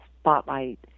spotlight